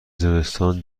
زمستان